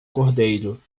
cordeiro